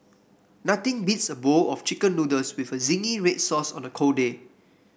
nothing beats a bowl of chicken noodles with a zingy red sauce on a cold day